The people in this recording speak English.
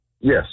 Yes